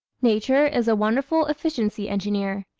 nature is a wonderful efficiency engineer.